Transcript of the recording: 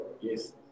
Yes